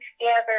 together